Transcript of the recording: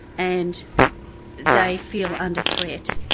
and they feel under threat.